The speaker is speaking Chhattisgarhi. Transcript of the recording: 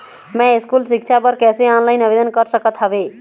मैं स्कूल सिक्छा बर कैसे ऑनलाइन आवेदन कर सकत हावे?